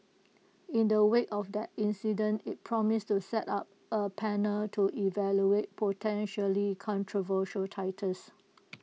in the wake of that incident IT promised to set up A panel to evaluate potentially controversial titles